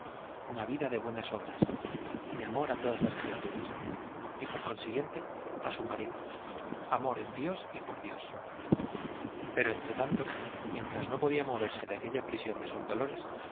una vida de buenas obras de amor a todas las criaturas y por consiguiente a su marido amor en dios y por dios pero entretanto mientras no podía moverse de aquella prisión de sus dolores